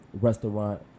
restaurant